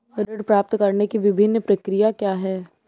ऋण प्राप्त करने की विभिन्न प्रक्रिया क्या हैं?